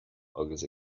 agus